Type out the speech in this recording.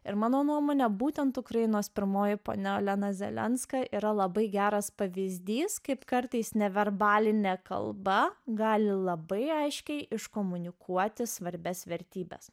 ir mano nuomone būtent ukrainos pirmoji ponia elena zelenskui yra labai geras pavyzdys kaip kartais neverbaline kalba gali labai aiškiai iškomunikuoti svarbias vertybes